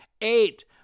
Eight